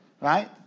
right